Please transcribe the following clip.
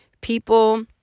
people